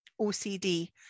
OCD